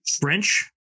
french